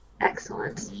Excellent